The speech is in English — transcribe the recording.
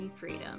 freedom